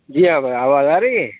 جی ہاں اب آواز آ رہی ہے